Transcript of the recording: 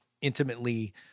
intimately